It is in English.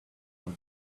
all